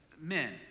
Men